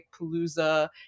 Palooza